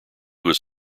was